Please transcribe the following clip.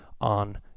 on